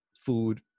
food